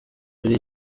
kuri